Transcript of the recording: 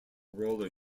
roller